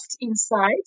inside